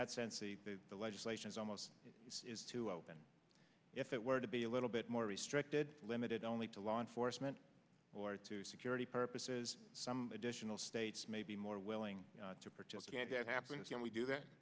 that sense see the legislation is almost is to open if it were to be a little bit more restricted limited only to law enforcement or to security purposes some additional states may be more willing to participate that happens when we do that